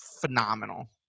phenomenal